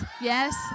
yes